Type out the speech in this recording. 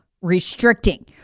restricting